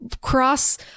cross